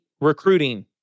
recruiting